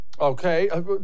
Okay